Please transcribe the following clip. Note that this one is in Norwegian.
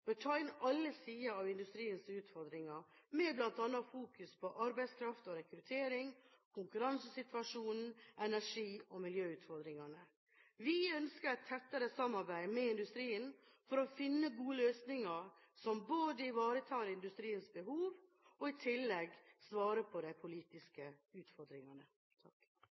bør ta inn alle sider av industriens utfordringer med bl.a. fokus på arbeidskraft og rekruttering, konkurransesituasjonen, og energi- og miljøutfordringene. Vi ønsker et tettere samarbeid med industrien for å finne gode løsninger som ivaretar industriens behov, og i tillegg svarer på de politiske utfordringene.